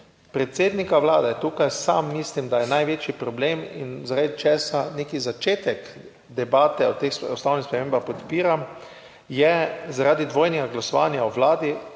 Predsednika vlade tukaj, sam mislim, da je največji problem in zaradi česa neki. Začetek debate o teh ustavnih spremembah podpiram, je zaradi dvojnega glasovanja o vladi,